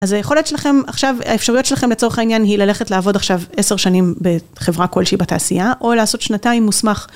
אז היכולת שלכם עכשיו, האפשרויות שלכם לצורך העניין היא ללכת לעבוד עכשיו עשר שנים בחברה כלשהי בתעשייה או לעשות שנתיים מוסמך.